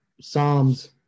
Psalms